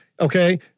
Okay